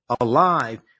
alive